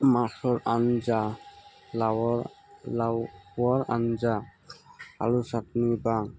মাছৰ আঞ্জা লাৱৰ লাও ৱৰ আঞ্জা আলু চাটনি বা